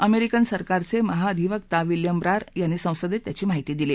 अमष्क्रिन सरकारच डिहाअधिवक्ता विल्यिम ब्रार यांनी संसद त्याची माहिती दिली